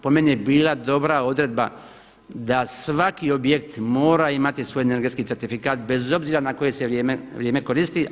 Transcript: Po meni je bila dobra odredba da svaki objekt mora imati svoje energetski certifikat bez obzira na koje se vrijeme koristi.